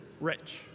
rich